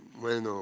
when